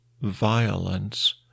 violence